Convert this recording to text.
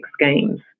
schemes